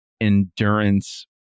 endurance